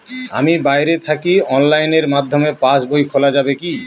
আমি বাইরে থাকি অনলাইনের মাধ্যমে পাস বই খোলা যাবে কি?